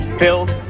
build